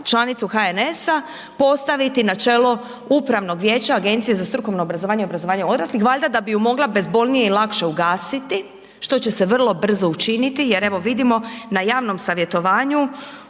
članicu HNS-a postaviti na čelo upravnog vijeća Agencije za strukovno obrazovanje i obrazovanje odraslih valjda da bi ju mogla bezbolnije i lakše ugasiti, što će se vrlo brzo učiniti jer evo vidimo na javnom savjetovanju